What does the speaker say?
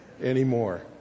anymore